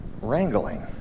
wrangling